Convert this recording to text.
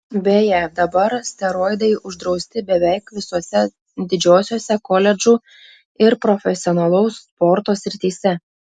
beje dabar steroidai uždrausti beveik visose didžiosiose koledžų ir profesionalaus sporto srityse